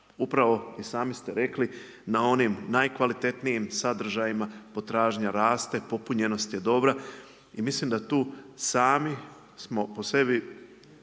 Upravo i sami ste rekli na onim najkvalitetnijim sadržajima potražnja raste, popunjenost je dobra i mislim da tu sami smo po sebi,